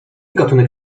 gatunek